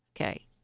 Okay